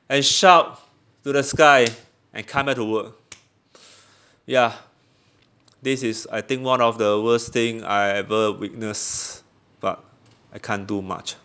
and shout to the sky and come back to work ya this is I think one of the worst thing I ever witness but I can't do much